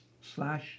slash